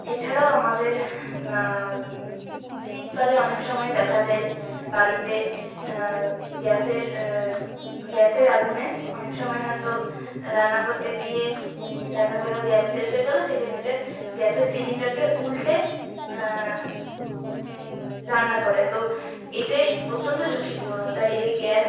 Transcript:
এছাড়াও আমাদের শীতকালে অনেক সময় দেখা যায় বাড়িতে গ্যাসের গ্যাসের আগুনে অনেক সময় হয়তো রান্না কোত্তে গিয়ে দেখা গেলো গ্যাস শেষ হয়ে গেলো সেক্ষেত্রে গ্যাসের সিলিন্ডারকে উলটে রান্না করে তো এটাই অত্যন্ত ঝুঁকিপূর্ণ তাই এই গ্যাস